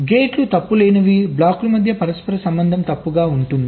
గేట్లు తప్పు లేనివి బ్లాకుల మధ్య పరస్పర సంబంధం తప్పుగా ఉంటుంది